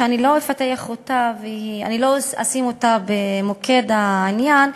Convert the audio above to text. שאני לא אפתח אותה ואני לא אשים אותה במוקד העניין,